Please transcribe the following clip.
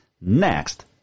next